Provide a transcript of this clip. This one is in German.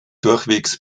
durchwegs